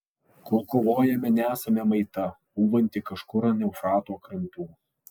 kol kovojame nesame maita pūvanti kažkur ant eufrato krantų